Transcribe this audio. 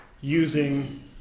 using